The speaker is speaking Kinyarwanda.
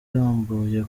irambuye